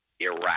Iraq